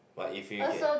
but if you get